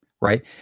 Right